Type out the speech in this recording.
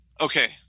Okay